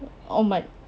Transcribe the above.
oh my